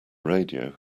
radio